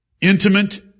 intimate